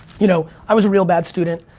you know, i was a real bad student.